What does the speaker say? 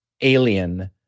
alien